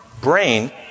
brain